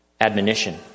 admonition